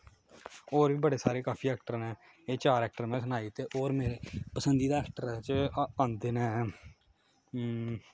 होर बी बड़े सारे काफी ऐक्टर न एह् चार ऐक्टर में सनाई दित्ते होर मेरे पसंदीदा ऐक्टरें च आंदे न हूं